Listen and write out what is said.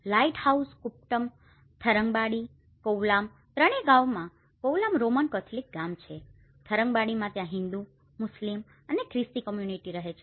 lighthouse Kuppam Tharangambadi Kovalam ત્રણેય ગામોમાં Kovalam Roman Catholic ગામ છે થરંગંબાડી માં ત્યાં હિન્દુ મુસ્લિમ અને ખ્રિસ્તી કમ્યુનીટી રહે છે